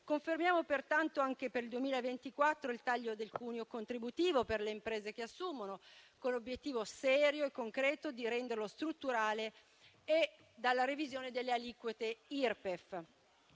Confermiamo pertanto anche per il 2024 il taglio del cuneo contributivo per le imprese che assumono, con l'obiettivo serio e concreto di renderlo strutturale e la revisione delle aliquote Irpef.